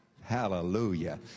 hallelujah